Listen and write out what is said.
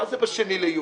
מה זה ב-2 ליולי,